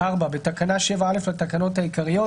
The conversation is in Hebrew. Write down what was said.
תיקון תקנה 7 בתקנה 7(א) לתקנות העיקריות,